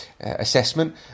assessment